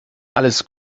alles